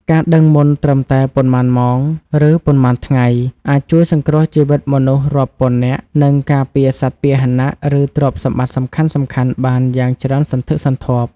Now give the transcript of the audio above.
ការដឹងមុនត្រឹមតែប៉ុន្មានម៉ោង ឬប៉ុន្មានថ្ងៃ អាចជួយសង្គ្រោះជីវិតមនុស្សរាប់ពាន់នាក់ និងការពារសត្វពាហណៈ ឬទ្រព្យសម្បត្តិសំខាន់ៗបានយ៉ាងច្រើនសន្ធឹកសន្ធាប់។